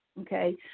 okay